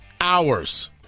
hours